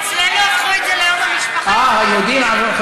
אצלנו הפכו את זה ליום המשפחה, אה, היהודים.